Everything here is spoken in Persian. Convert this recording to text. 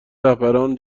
رهبران